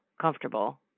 comfortable